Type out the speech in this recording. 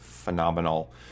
phenomenal